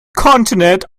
continent